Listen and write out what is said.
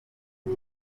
ubu